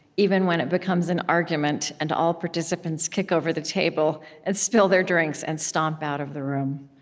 even when it becomes an argument, and all participants kick over the table and spill their drinks and stomp out of the room.